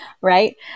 right